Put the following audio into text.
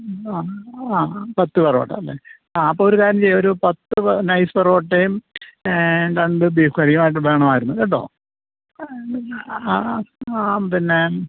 ആ ആ പത്ത് പൊറോട്ട അല്ലേ ആ അപ്പോൾ ഒരു കാര്യം ചെയ്യ് ഒരു പത്ത് നൈസ് പൊറോട്ടയും രണ്ട് ബീഫ് കറിയുമായിട്ട് വേണമായിരുന്നു കേട്ടോ ആ ആ ആ പിന്നെ